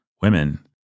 women